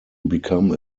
become